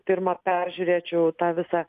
pirma peržiūrėčiau tą visą